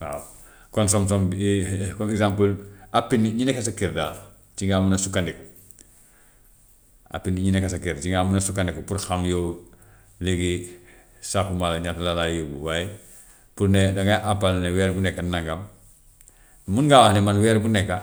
waaw consomme somme bi comme exemple àppi nit ñi nekka sa kër daal ci nga mun a sukkandiku, àppi nit ñi nekka sa kër ci nga mun a sukkandiku pour xam yow léegi saako maalo ñaata la lay yóbbu, waaye pour ne dangay àppal ne weer bu nekk nangam, mun ngaa wax ne man weer bu nekka.